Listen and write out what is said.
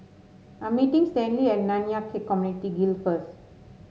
I'm meeting Stanley at Nanyang Khek Community Guild first